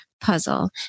puzzle